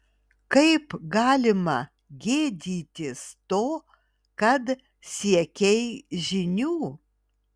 kaip galima gėdytis to kad siekei žinių